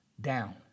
down